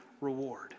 reward